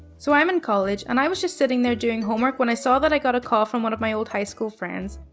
so i'm in college, and i was just sitting there doing homework when i saw that i got a call from one of my old high school friends.